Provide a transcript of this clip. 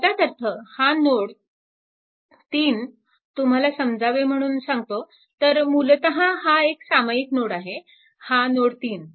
याचाच अर्थ हा नोड 3 तुम्हाला समजावे म्हणून सांगतो तर मूलतः हा एक सामायिक नोड आहे हा नोड 3